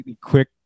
quick